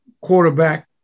Quarterback